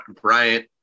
Bryant